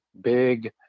big